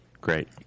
great